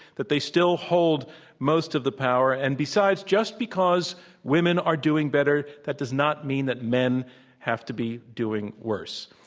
that they still hold most of the power. and besides, just because women are doing better, that does not mean that men have to be doing worse.